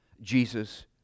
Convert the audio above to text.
Jesus